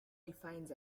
defines